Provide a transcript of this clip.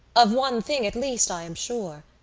of one thing, at least, i am sure.